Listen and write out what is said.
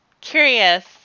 curious